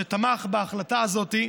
שתמך בהחלטה הזאת,